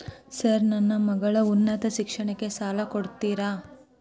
Sir ನನ್ನ ಮಗಳ ಉನ್ನತ ಶಿಕ್ಷಣಕ್ಕೆ ಸಾಲ ಕೊಡುತ್ತೇರಾ?